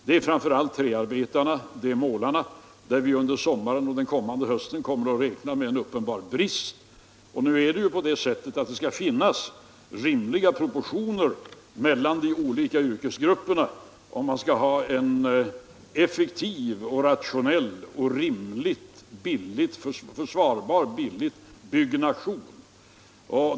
Det är framför allt träarbetare och målare som vi under sommaren och hösten kan räkna med brist på. Det måste ändå finnas rimliga proportioner mellan de olika yrkesgrupperna om man skall få en effektiv, rationell och en försvarbart billig byggnation.